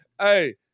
Hey